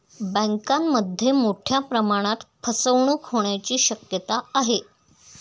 बँकांमध्ये मोठ्या प्रमाणात फसवणूक होण्याची शक्यता आहे